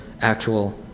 actual